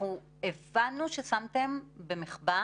אנחנו הבנו ששמתם בהיחבא